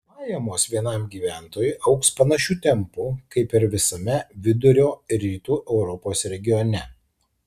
pajamos vienam gyventojui augs panašiu tempu kaip ir visame vidurio ir rytų europos regione